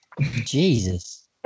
Jesus